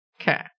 Okay